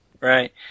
Right